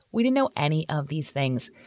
we didn't know any of these things,